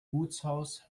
gutshaus